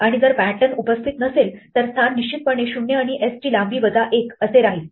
आणि जर pattern उपस्थित नसेल तर स्थान निश्चितपणे 0 आणि s ची लांबी वजा 1 असे राहील